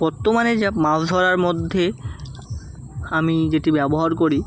বর্তমানে যা মাছ ধরার মধ্যে আমি যেটি ব্যবহার করি